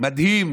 המדהים